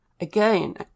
again